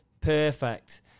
perfect